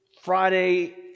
Friday